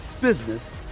business